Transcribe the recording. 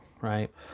right